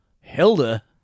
Hilda